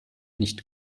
nicht